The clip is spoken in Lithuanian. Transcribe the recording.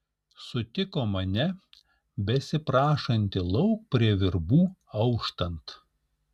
sutiko mane besiprašantį lauk prie virbų auštant